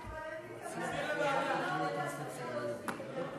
לא מצפה למשהו יותר.